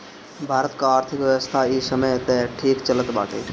भारत कअ आर्थिक व्यवस्था इ समय तअ ठीक चलत बाटे